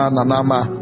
Nanama